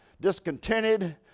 discontented